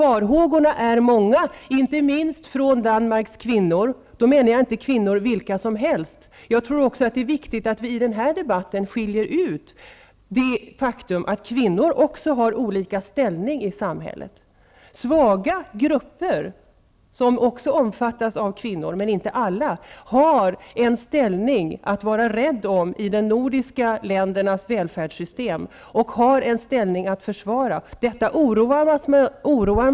Farhågorna är många, inte minst från Danmarks kvinnor. Jag menar då inte vilka kvinnor som helst. Det är viktigt att vi i denna debatt skiljer ut det faktum att kvinnor har olika ställning i samhället. Svaga grupper, som bl.a. består av kvinnor, men inte av alla kvinnor, har i de nordiska ländernas välfärdssystem en ställning att vara rädd om och att försvara.